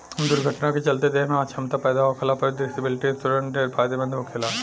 दुर्घटना के चलते देह में अछमता पैदा होखला पर डिसेबिलिटी इंश्योरेंस ढेरे फायदेमंद होखेला